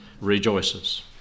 rejoices